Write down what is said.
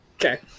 Okay